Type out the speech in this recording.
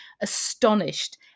astonished